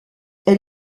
elle